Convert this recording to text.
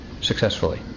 successfully